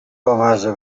بامزه